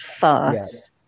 first